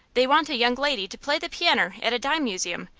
they want a young lady to play the pianner at a dime museum,